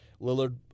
Lillard